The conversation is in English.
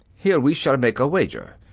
here we shall make a wager!